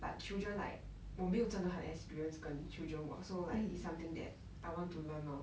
but children like 我没有真的很 experience 跟 children [what] so it's something that I want to learn lor